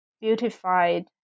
beautified